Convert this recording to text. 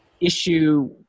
Issue